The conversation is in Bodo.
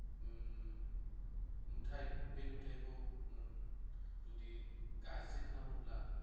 नुथाय बे नुथायखौ नों जुदि गाज्रि खालामोब्ला